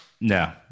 No